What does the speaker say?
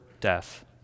death